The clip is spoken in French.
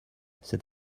cet